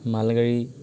মালগাড়ী